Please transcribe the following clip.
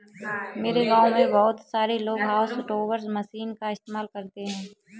मेरे गांव में बहुत सारे लोग हाउस टॉपर मशीन का इस्तेमाल करते हैं